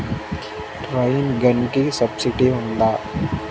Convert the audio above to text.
Rain గన్కి subsidy ఉందా?